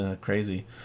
crazy